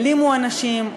העלימו אנשים,